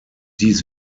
dies